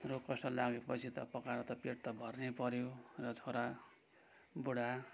रोग कष्ट लागेपछि त पकाएर त पेट त भर्नै पऱ्यो र छोरा बुढा